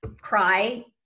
cry